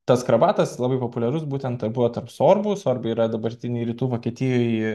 tas krabatas labai populiarus būtent buvo tarp sorbų sorbai yra dabartinėj rytų vokietijoj